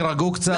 תירגעו קצת.